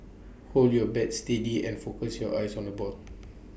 hold your bat steady and focus your eyes on the ball